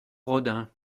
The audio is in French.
rodin